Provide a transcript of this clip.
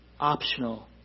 optional